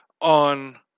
on